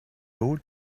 old